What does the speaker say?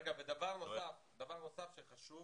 ודבר נוסף שחשוב